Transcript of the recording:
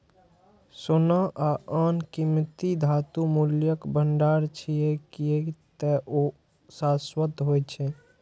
सोना आ आन कीमती धातु मूल्यक भंडार छियै, कियै ते ओ शाश्वत होइ छै